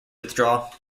withdraw